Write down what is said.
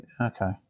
okay